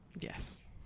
Yes